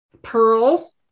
Pearl